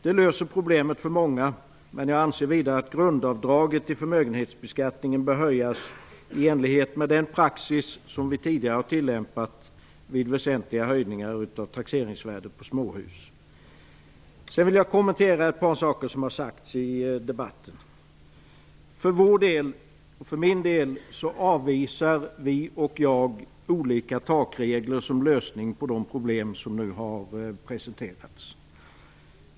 Det löser problemet för många, men jag anser vidare att grundavdraget i förmögenhetsbeskattningen bör höjas i enlighet med den praxis som vi tidigare har tillämpat vid väsentliga höjningar av taxeringsvärden på småhus. Sedan vill jag kommentera ett par saker som har sagts i debatten. Centern avvisar olika takregler som lösning på de problem som nu har presenterats.